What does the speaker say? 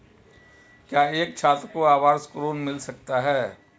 क्या एक छात्र को आवास ऋण मिल सकता है?